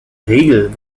regel